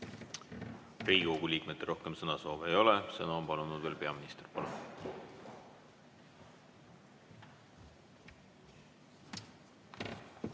Riigikogu liikmetel rohkem sõnasoove ei ole. Sõna on palunud veel peaminister.